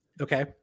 Okay